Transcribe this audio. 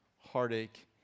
heartache